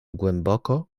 głęboko